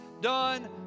done